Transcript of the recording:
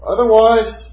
Otherwise